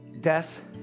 Death